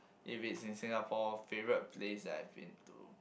if it's in Singapore favourite place that I've been to